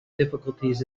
difficulties